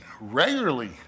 regularly